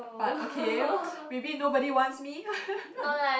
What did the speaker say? but okay maybe nobody wants me